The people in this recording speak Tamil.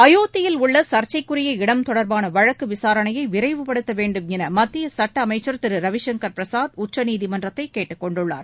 அயோத்தியில் உள்ள சர்ச்சைக்குரிய இடம் தொடர்பான வழக்கு விசாரணையை விரைவுபடுத்த வேண்டுமென மத்திய சட்ட அமைச்சர் திரு ரவிசங்கர் பிரசாத் உச்சநீதிமன்றத்தை கேட்டுக் கொண்டுள்ளார்